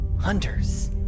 Hunters